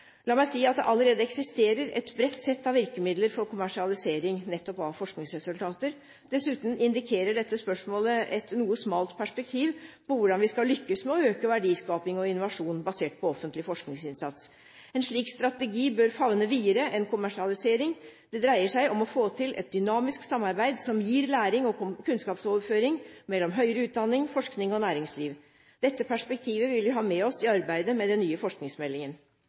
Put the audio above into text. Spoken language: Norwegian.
La meg si at det allerede eksisterer et bredt sett av virkemidler for kommersialisering av nettopp forskningsresultater. Dessuten indikerer dette spørsmålet et noe smalt perspektiv på hvordan vi skal lykkes med å øke verdiskaping og innovasjon basert på offentlig forskningsinnsats. En slik strategi bør favne videre enn kommersialisering. Det dreier seg om å få til et dynamisk samarbeid som gir læring og kunnskapsoverføring mellom høyere utdanning, forskning og næringsliv. Dette perspektivet vil vi ha med oss i arbeidet med den nye forskningsmeldingen.